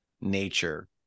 nature